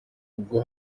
ubwo